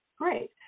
Great